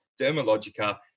Dermalogica